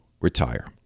retire